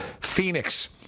Phoenix